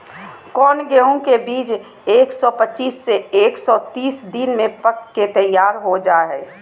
कौन गेंहू के बीज एक सौ पच्चीस से एक सौ तीस दिन में पक के तैयार हो जा हाय?